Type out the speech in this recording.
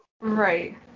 Right